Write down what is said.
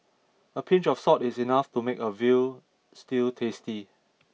a pinch of salt is enough to make a veal stew tasty